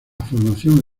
formación